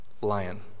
lion